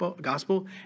gospel